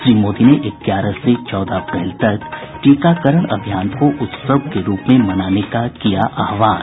श्री मोदी ने ग्यारह से चौदह अप्रैल तक टीकाकरण अभियान को उत्सव के रूप में मनाने का किया आहवान